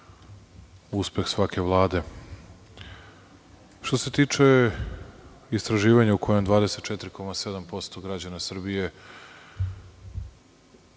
uspeh svake vlade. Što se tiče istraživanja u kojem 24,7% građana Srbije,